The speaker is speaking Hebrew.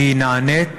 נענית